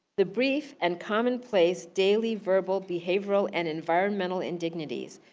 the brief and common place daily, verbal, behavioral and environmental indignities,